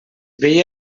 veia